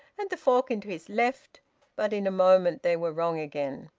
and the fork into his left but in a moment they were wrong again.